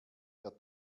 der